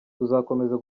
tuzakomeza